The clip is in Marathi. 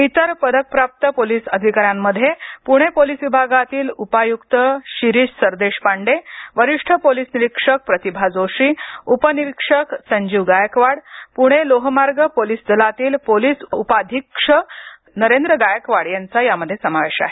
इतर पदक प्राप्त पोलीस अधिकाऱ्यांमध्ये पुणे पोलीस विभागातील उपयुक्त शिरिष सरदेशपांडे वरिष्ठ पोलीस निरीक्षक प्रतिभा जोशी उप निरीक्षक संजीव गायकवाड पुणे लोहमार्ग पोलीस दलतील पोलीस उप अधीक्षक नरेंद्र गायकवाड यांचा समावेश आहे